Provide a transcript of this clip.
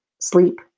sleep